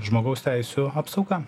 žmogaus teisių apsauga